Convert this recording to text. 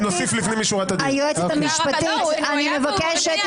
אני מבקשת,